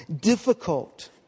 difficult